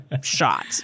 shot